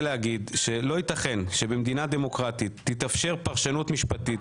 להגיד שלא יתכן שבמדינה דמוקרטית תתאפשר פרשנות משפטית